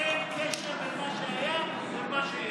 אין קשר בין מה שהיה למה שיש.